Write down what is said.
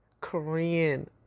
Korean